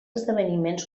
esdeveniments